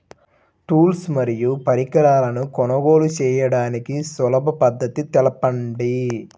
Tools మరియు పరికరాలను కొనుగోలు చేయడానికి సులభ పద్దతి తెలపండి?